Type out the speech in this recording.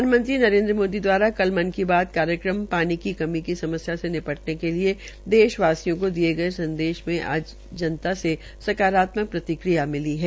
प्रधानमंत्री नरेन्द्र मोदी दवारा कल मन की बात कार्यक्रम ानी की कमी की समस्या से नि टने के लिये देश वासियों को दिये गये संदेश को आज जनता से सकारात्मक प्रतिक्रिया मिली है